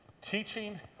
teaching